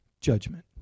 judgment